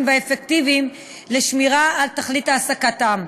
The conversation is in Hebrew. והאפקטיביים לשמירה על תכלית העסקתם.